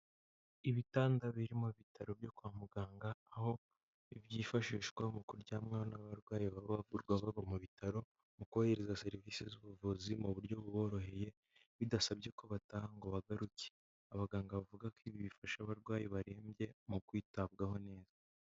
Ibitanda biri mu bitaro byo kwa muganga aho byifashishwa mu kuryamwaho n'abarwayi baba bavurwa baba mu bitaro, mu koroherezwa serivisi z'ubuvuzi mu buryo buboroheye, bidasabye ko bataha ngo bagaruke. Abaganga bavuga ko ibi bifasha abarwayi barembye mu kwitabwaho neza.